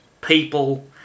people